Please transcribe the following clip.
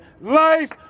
life